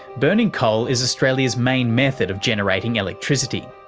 burning coal is australia's main method of generating electricity.